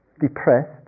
depressed